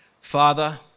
Father